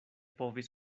povis